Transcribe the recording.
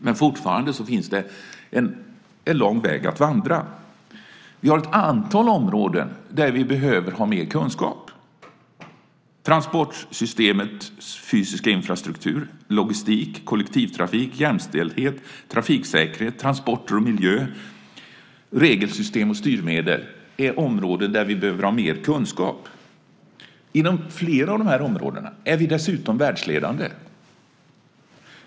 Men fortfarande är det en lång väg att vandra. Vi har ett antal områden där vi behöver mer kunskap. Transportsystemets fysiska infrastruktur, logistik, kollektivtrafik, jämställdhet, trafiksäkerhet, transporter och miljö, regelsystem och styrmedel är områden där vi behöver ha mer kunskap. Inom flera av de här områdena är vi dessutom världsledande.